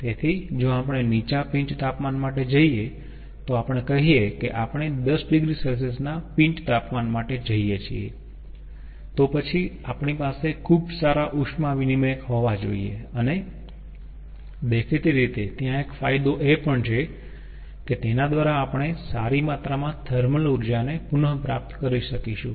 તેથી જો આપણે નીચા પિન્ચ તાપમાન માટે જઈએ તો આપણે કહીએ કે આપણે 10 oC ના પિન્ચ તાપમાન માટે જઈએ છીએ તો પછી આપણી પાસે ખૂબ સારા ઉષ્મા વિનીમયક હોવા જોઈએ અને દેખીતી રીતે ત્યાં એક ફાયદો એ છે કે તેના દ્વારા આપણે સારી માત્રામાં થર્મલ ઊર્જા ને પુનઃપ્રાપ્ત કરી શકીશું